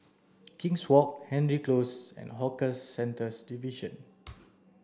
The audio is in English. king's Walk Hendry Close and Hawker Centres Division